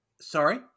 Sorry